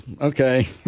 okay